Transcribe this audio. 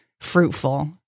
fruitful